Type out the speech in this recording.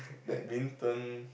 badminton